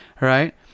right